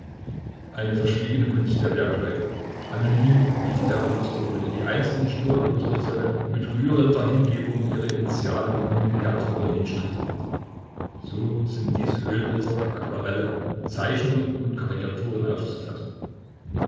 eine verschwiegene kunst der werkleute anonym wie die der klosterbrüder die einst in stiller klosterzelle mit rührender hingebung ihre initialen und miniaturen hinstrichelten so sind diese ölbilder aquarelle zeichnungen und karikaturen aufzufassen